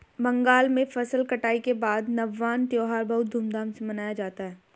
बंगाल में फसल कटाई के बाद नवान्न त्यौहार बहुत धूमधाम से मनाया जाता है